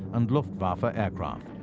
and luftwaffe ah aircraft.